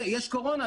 יש קורונה,